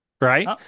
Right